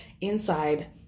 inside